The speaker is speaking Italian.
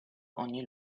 ogni